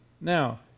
Now